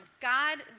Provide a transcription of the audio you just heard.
God